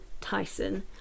tyson